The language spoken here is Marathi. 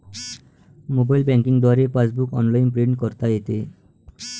मोबाईल बँकिंग द्वारे पासबुक ऑनलाइन प्रिंट करता येते